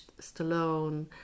Stallone